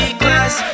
class